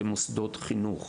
הם במוסדות חינוך.